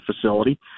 facility